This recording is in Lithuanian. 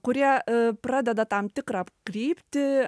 kurie pradeda tam tikrą kryptį